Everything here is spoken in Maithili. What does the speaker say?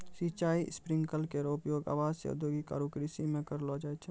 सिंचाई स्प्रिंकलर केरो उपयोग आवासीय, औद्योगिक आरु कृषि म करलो जाय छै